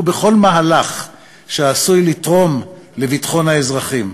בכל מהלך שעשוי לתרום לביטחון האזרחים.